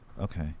Okay